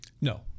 No